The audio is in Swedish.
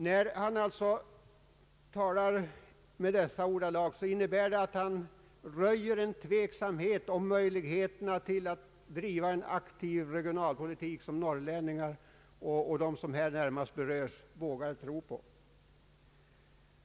När statsrådet Holmqvist använder sådana ordalag röjer han tveksamhet om möjligheterna att driva en sådan aktiv regionalpolitik som norrlänningar och andra som närmast berörs vågar tro på.